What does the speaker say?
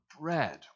bread